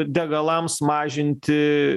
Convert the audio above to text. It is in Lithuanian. degalams mažinti